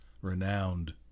renowned